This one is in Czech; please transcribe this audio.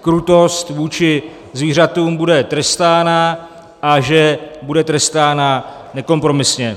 krutost vůči zvířatům bude trestána, a že bude trestána nekompromisně.